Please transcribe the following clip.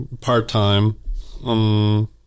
part-time